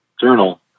journal